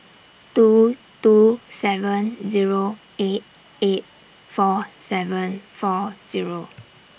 two two seven Zero eight eight four seven four Zero